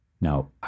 now